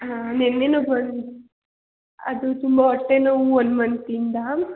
ಹಾಂ ನಿನ್ನೆನೂ ಬಂದು ಅದು ತುಂಬ ಹೊಟ್ಟೆ ನೋವು ಒನ್ ಮಂತಿಂದಾ